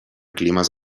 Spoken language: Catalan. climes